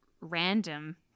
random